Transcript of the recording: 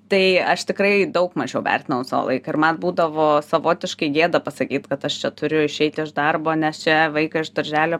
tai aš tikrai daug mažiau vertinau savo laiką ir man būdavo savotiškai gėda pasakyt kad aš čia turiu išeiti iš darbo nes čia vaiką iš darželio